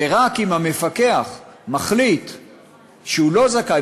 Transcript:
ורק אם המפקח מחליט שהוא לא זכאי,